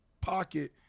pocket